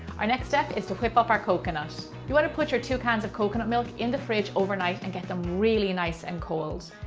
our next step is to whip up our coconut. you want to put your two cans of coconut milk in the fridge overnight to and get them really nice and cold.